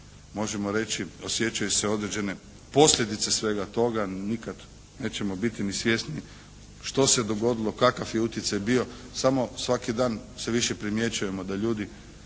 možemo reći osjećaju se određene posljedice svega toga. Nikad nećemo ni biti svjesni što se dogodilo, kakav je utjecaj bio. Samo svaki dan sve više primjećujemo da ljudi